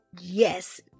Yes